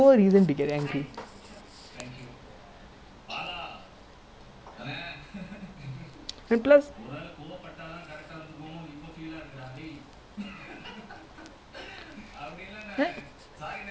no but I legit think like for me today especially right I legit wait until last second to tackle I I don't like tackle first so I I don't think I'm very clear that I didn't even fell even you on occasion I think maximum one time that's like normal compared that's like normal